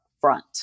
front